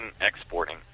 exporting